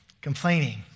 complaining